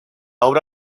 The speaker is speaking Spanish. obra